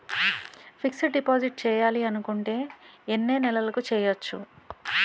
Fixed deposit చేయాలి అనుకుంటే ఎన్నే నెలలకు చేయొచ్చు?